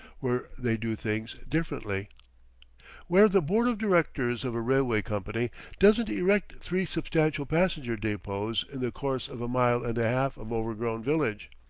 where they do things differently where the board of directors of a railway company doesn't erect three substantial passenger depots in the course of a mile and a half of overgrown village.